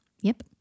Yep